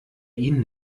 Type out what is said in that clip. ihn